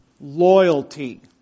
loyalty